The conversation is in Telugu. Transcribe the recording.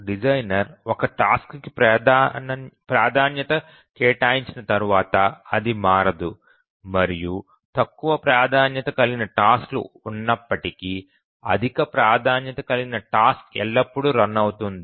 డిజైనర్ ఒక టాస్క్ కి ప్రాధాన్యతను కేటాయించిన తర్వాత అది మారదు మరియు తక్కువ ప్రాధాన్యత కలిగిన టాస్క్ లు ఉన్నప్పటికీ అధిక ప్రాధాన్యత కలిగిన టాస్క్ ఎల్లప్పుడూ రన్ అవుతుంది